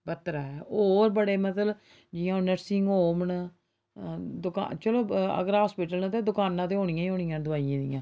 बत्तरा होर बड़े मतलब जि'यां हून नर्सिंग होम न दकानां चलो अगर अस्पताल न ते दकानां ते होनियां ई होनियां न दवाइयें दियां